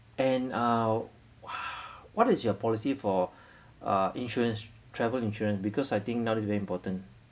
and uh how what is your policy for uh insurance travel insurance because I think now it's very important